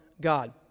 God